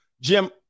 Jim